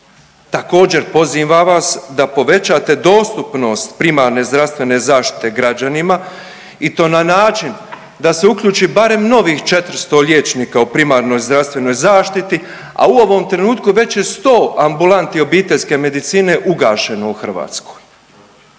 Također pozivam vas da povećate dostupnost primarne zdravstvene zaštite građanima i to na način da se uključi barem novih 400 liječnika u primarnoj zdravstvenoj zaštiti, a u ovom trenutku već je 100 ambulanti obiteljske medicine ugašeno u Hrvatskoj.